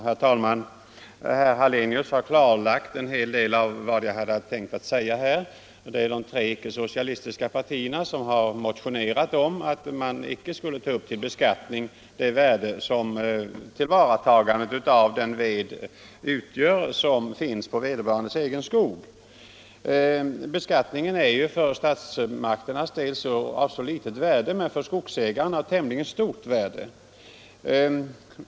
Herr talman! Herr Hallenius har redan utvecklat en hel del av vad jag hade tänkt säga här. De tre icke-socialistiska partierna har motionerat om att man icke skulle ta upp till beskattning det värde som utgörs av tillvaratagandet av den ved som finns i vederbörandes egen skog. Beskattningen är ju för statsmakternas del av litet värde, men för skogsägarna är detta en angelägen fråga.